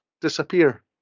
disappear